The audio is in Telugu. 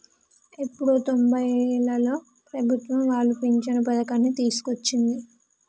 ఎప్పుడో తొంబైలలో ప్రభుత్వం వాళ్లు పించను పథకాన్ని తీసుకొచ్చింది